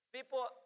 People